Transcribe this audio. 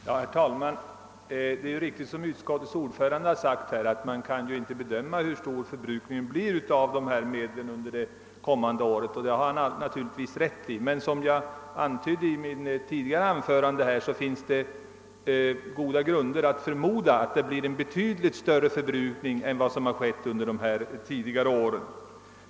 Herr talman! Det är riktigt, som utskottets ordförande har sagt, att man inte kan bedöma hur stor förbrukningen av ifrågavarande medel blir under det kommande året, men som jag framhöll i mitt föregående anförande finns det goda grunder att förmoda att det blir en betydligt större förbrukning än under tidigare år.